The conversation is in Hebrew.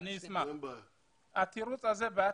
אצביע נגד התקציב.